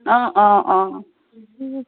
অঁ অঁ অঁ